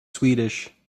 swedish